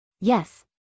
Yes